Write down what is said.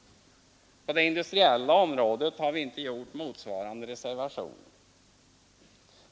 På det industriella området har vi inte gjort motsvarande reservationer.